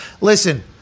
listen